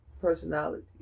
Personality